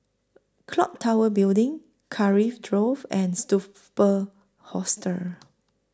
Clock Tower Building Drove and Hostel